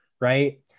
right